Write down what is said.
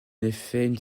effet